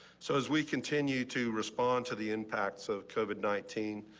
so as we continue to respond to the impacts of covid nineteen.